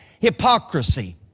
hypocrisy